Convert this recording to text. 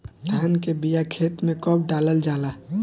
धान के बिया खेत में कब डालल जाला?